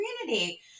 community